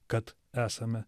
kad esame